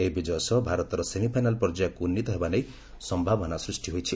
ଏହି ବିକୟ ସହ ଭାରତର ସେମିଫାଇନାଲ ପର୍ଯ୍ୟାୟକୁ ଉନ୍ନୀତ ହେବା ନେଇ ସମ୍ଭାବନା ସୃଷ୍ଟି ହୋଇଛି